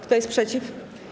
Kto jest przeciw?